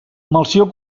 melcior